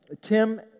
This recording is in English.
Tim